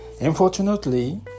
unfortunately